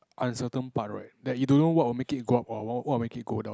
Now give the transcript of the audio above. uncertain part right that you don't know what will make it go up or what will make it go down